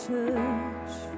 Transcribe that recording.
church